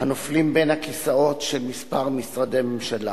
הנופלים בין הכיסאות של כמה משרדי ממשלה